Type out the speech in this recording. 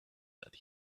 that